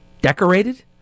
decorated